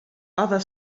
other